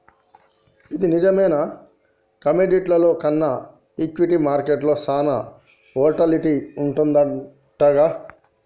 ఇది నిజమేనా కమోడిటీల్లో కన్నా ఈక్విటీ మార్కెట్లో సాన వోల్టాలిటీ వుంటదంటగా